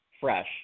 fresh